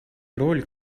роль